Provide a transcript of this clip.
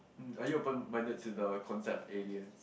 mm are you open minded to the concept of aliens